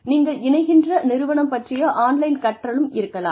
நீங்கள் இணைகின்ற நிறுவனம் பற்றிய ஆன்லைன் கற்றலும் இருக்கலாம்